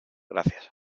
gracias